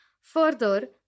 Further